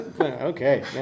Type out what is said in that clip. Okay